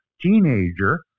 teenager